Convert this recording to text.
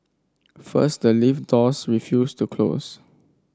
first the lift doors refused to close